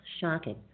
Shocking